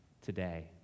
today